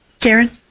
Karen